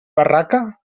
barraca